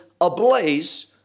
ablaze